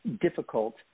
difficult